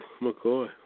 McCoy